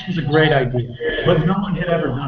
it was a great idea but no one had ever